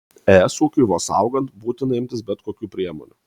es ūkiui vos augant būtina imtis bet kokių priemonių